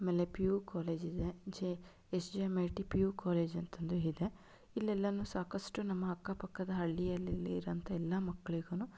ಆಮೇಲೆ P U college ಇದೆ J S J M I T P U college ಅಂತಂದು ಇದೆ ಇಲ್ಲೆಲ್ಲ ಸಾಕಷ್ಟು ನಮ್ಮ ಅಕ್ಕ ಪಕ್ಕದ ಹಳ್ಳಿಯಲ್ಲಿ ಇರೋವಂಥ ಎಲ್ಲ ಮಕ್ಕಳಿಗುನೂ